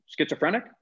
Schizophrenic